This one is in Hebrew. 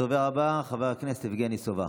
הדובר הבא, חבר הכנסת יבגני סובה.